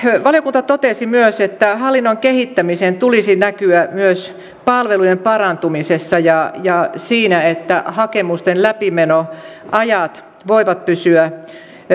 valiokunta totesi myös että hallinnon kehittämisen tulisi näkyä myös palvelujen parantumisessa ja ja siinä että hakemusten läpimenoajat voivat pysyä